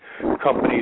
companies